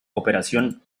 operación